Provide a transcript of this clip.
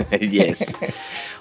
Yes